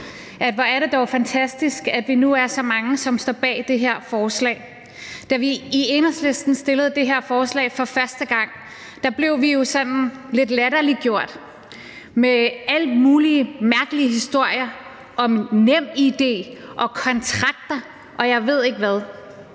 hvor er det dog fantastisk, at vi nu er så mange, som står bag det her forslag. Da vi i Enhedslisten fremsatte det her forslag for første gang, blev vi jo sådan lidt latterliggjort med alle mulige mærkelige historier om NemID og kontrakter, og jeg ved ikke hvad.